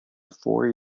four